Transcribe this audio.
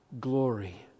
glory